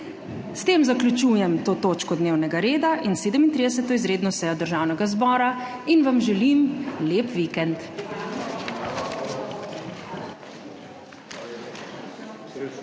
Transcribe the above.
S tem zaključujem to točko dnevnega reda in 37. izredno sejo Državnega zbora in vam želim lep vikend!